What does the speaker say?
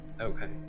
Okay